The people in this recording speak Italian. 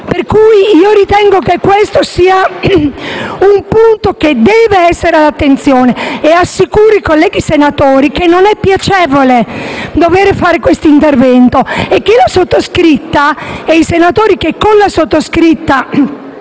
Pertanto, ritengo che questo punto debba essere oggetto di attenzione e assicuro i colleghi senatori che non è piacevole dover fare questo intervento e che la sottoscritta e i senatori che, con la sottoscritta,